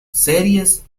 series